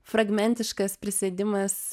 fragmentiškas prisėdimas